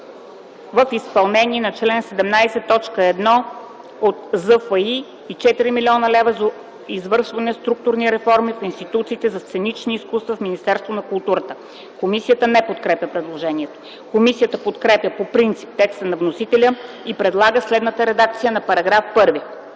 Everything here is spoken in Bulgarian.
в изпълнение на чл. 17, т. 1 от ЗФИ и 4 млн. лв. за извършване структурни реформи в институтите за сценични изкуства в Министерството на културата.” Комисията не подкрепя предложението. Комисията подкрепя по принцип текста на вносителя и предлага следната редакция на § 1: „§ 1.